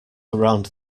around